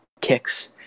kicks